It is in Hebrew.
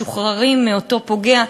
משוחררים מאותו פוגע,